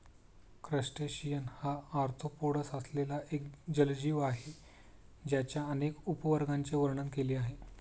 crustacean हा arthropods असलेला एक जलजीव आहे ज्याच्या अनेक उपवर्गांचे वर्णन केले आहे